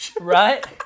right